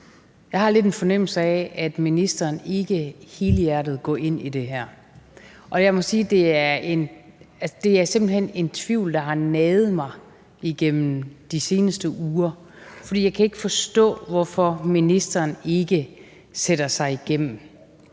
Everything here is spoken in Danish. Jeg har lidt en fornemmelse af, at ministeren ikke helhjertet går ind i det her. Og jeg må sige, at det simpelt hen er en tvivl, der har naget mig gennem de seneste uger, for jeg kan ikke forstå, hvorfor ministeren ikke sætter sig igennem